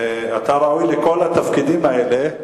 אני רוצה להגיד לך שאתה ראוי לכל התפקידים האלה,